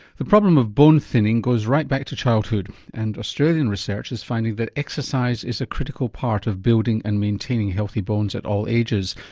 the problem of bone thinning goes right back to childhood and australian research is finding that exercise is a critical part of building and maintaining healthy bones at all ages.